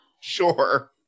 Sure